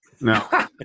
no